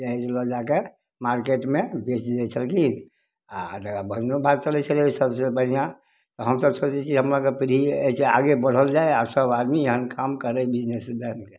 एहिके लऽ जाकऽ मार्केटमे बेच दै छलखिन आ तकर बढ़िऑं बात चलै छलै ओहि सभसँ बढ़िआँ तऽ हमसभ सोचै छियै हमर अहाँके पीढ़िये एहिसे आगे बढ़ल जाय आओर सभ आदमी एहेन काम करै बिजनेस